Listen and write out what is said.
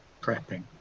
prepping